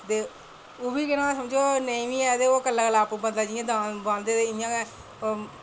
ते ओह्बी केह् ना समझो नेईं बी ऐ ते ओह् बंदा आपूं दांद बाहंदे ते इं'या गै